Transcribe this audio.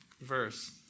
verse